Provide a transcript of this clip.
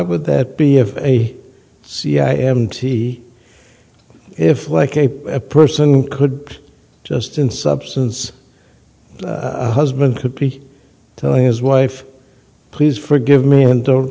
would that be if a c i m t if like a person could just in substance husband could be telling his wife please forgive me and don't